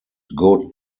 good